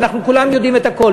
ואנחנו כולם יודעים את הכול.